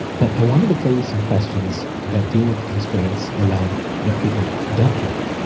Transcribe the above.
but i wanted to play you some questions that deal with constraints around what people don't have.